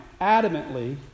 adamantly